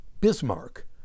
Bismarck